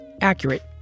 accurate